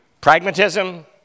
pragmatism